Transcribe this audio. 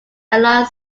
along